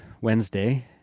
Wednesday